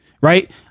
right